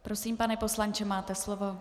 Prosím, pane poslanče, máte slovo.